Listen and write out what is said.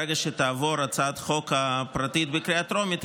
ברגע שתעבור הצעת החוק הפרטית בקריאה טרומית,